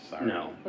No